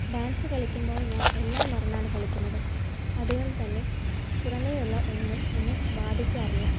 dance കളിക്കുമ്പോൾ ഞാൻ എല്ലാം മറന്നാണ് അതുകൊണ്ട് തന്നെ പുറമേ ഉള്ള ഒന്നും എന്നെ ബാധിക്കാറില്ല